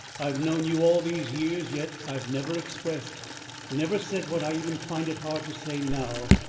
i have known you all these years, yet i've never expressed never said what i even find it hard to say now,